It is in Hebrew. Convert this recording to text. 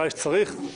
שצריך לדון בחוק.